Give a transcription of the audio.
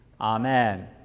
Amen